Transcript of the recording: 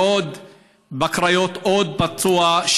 בקריות עוד פצוע,